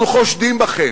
אנחנו חושדים בכם,